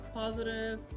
positive